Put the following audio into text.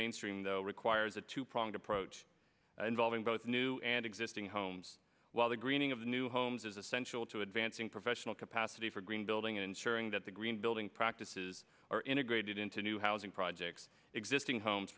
mainstream though requires a two pronged approach involving both new and existing homes while the greening of new homes is essential to advancing professional capacity for green building ensuring that the green building practices are integrated into new housing projects existing homes